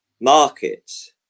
markets